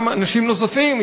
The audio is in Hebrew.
וגם אנשים נוספים,